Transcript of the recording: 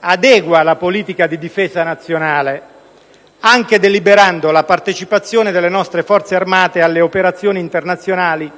adegua la politica di difesa nazionale anche deliberando la partecipazione delle nostre Forze armate alle operazioni internazionali